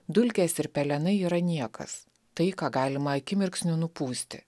dulkės ir pelenai yra niekas tai ką galima akimirksniu nupūsti